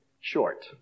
Short